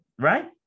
Right